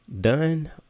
done